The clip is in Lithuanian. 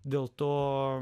dėl to